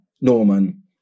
Norman